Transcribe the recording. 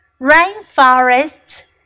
Rainforests